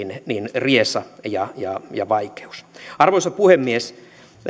riesa ja ja vaikeus arvoisa puhemies